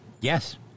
Yes